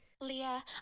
Leah